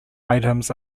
items